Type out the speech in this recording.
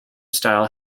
style